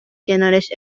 کنارش